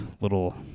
little